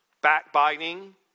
backbiting